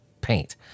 paint